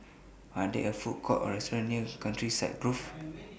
Are There Food Courts Or restaurants near Countryside Grove